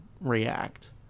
React